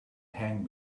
hang